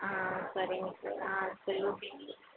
ஆ சரிங்க சார் ஆ சரி ஓகேங்க